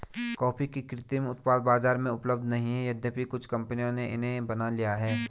coffee के कृत्रिम उत्पाद बाजार में उपलब्ध नहीं है यद्यपि कुछ कंपनियों ने इन्हें बना लिया है